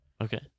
Okay